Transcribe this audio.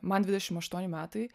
man dvidešim aštuoni metai